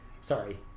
Sorry